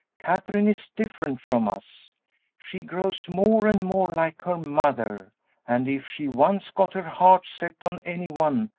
katherine is different from us she grows more and more like her mother and if she once got her heart set on any one,